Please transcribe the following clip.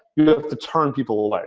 you have to turn people like